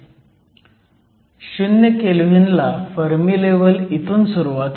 0 केल्व्हीनला फर्मी लेव्हलला इथून सुरुवात होते